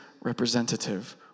representative